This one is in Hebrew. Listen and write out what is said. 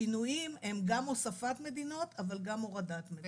שינויים הם גם הוספת מדינות אבל גם הורדת מדינות.